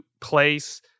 place